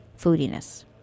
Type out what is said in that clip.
foodiness